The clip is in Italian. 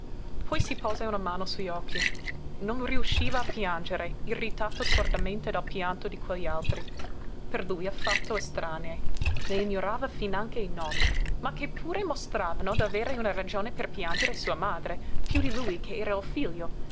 poi si pose una mano sugli occhi non riusciva a piangere irritato sordamente dal pianto di quegli altri per lui affatto estranei ne ignorava finanche i nomi ma che pure mostravano d'avere una ragione per piangere sua madre piú di lui che era il